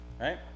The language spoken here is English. right